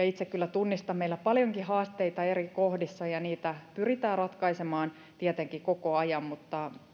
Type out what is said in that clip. itse kyllä tunnistan että meillä on paljonkin haasteita eri kohdissa ja niitä pyritään ratkaisemaan tietenkin koko ajan